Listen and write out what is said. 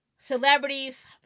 celebrities